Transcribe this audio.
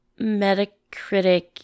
Metacritic